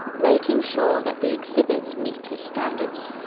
making sure that the exhibits meet his standards.